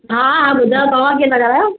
हा हा ॿुधायो तव्हां केरु था ॻाल्हायो